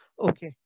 Okay